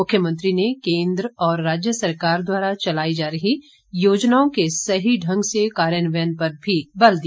मुख्यमंत्री ने केंद्र और राज्य सरकार द्वारा चलाई जा रही योजनाओं के सही ढंग से कार्यान्वयन पर भी बल दिया